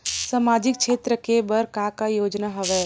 सामाजिक क्षेत्र के बर का का योजना हवय?